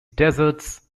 desserts